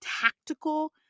tactical